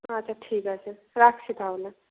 আচ্ছা ঠিক আছে রাখছি তাহলে